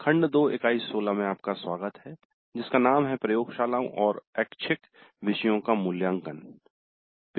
खंड 2 इकाई 16 में आपका स्वागत है जिसका नाम है -" प्रयोगशालाओं और ऐच्छिक विषयों का मूल्यांकन"